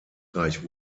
frankreich